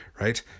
right